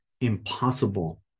impossible